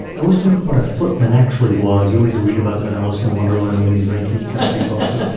i always wondered what a footman actually was. you always read about them in alice in wonderland and these nineteenth century books and